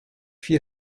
vier